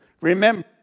Remember